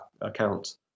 account